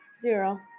zero